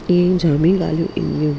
इहे जाम ॻाल्हियूं ईंदियूं